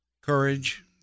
courage